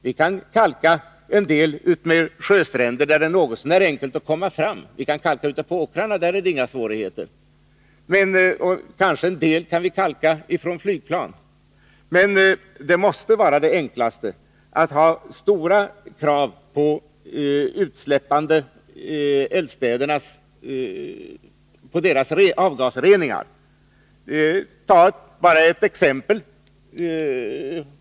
Vi kan kalka en del utmed sjöstränder, där det är något så när enkelt att komma fram. Vi kan kalka ute på åkrarna — där är det inte några svårigheter. Vi kan kalka en del områden från flygplan. Men det enklaste måste vara att vi har höga krav på avgasreningen i de eldstäder som gör utsläpp. Jag kan ta ett exempel.